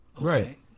Right